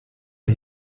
are